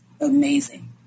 amazing